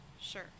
Sure